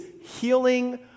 healing